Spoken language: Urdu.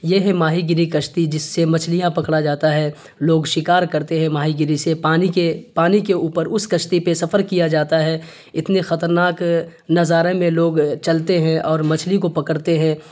یہ ہے ماہی گیری کشتی جس سے مچھلیاں پکڑا جاتا ہے لوگ شکار کرتے ہیں ماہی گیری سے پانی کے پانی کے اوپر اس کشتی پہ سفر کیا جاتا ہے اتنے خطرناک نظارے میں لوگ چلتے ہیں اور مچھلی کو پکڑتے ہیں